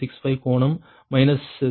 065 கோணம் மைனஸ் 63